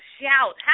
shout